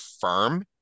firm